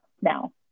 now